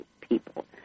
people